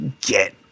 get